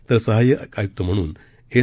तर सहाय्यक आयुक्त म्हणून एस